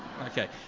Okay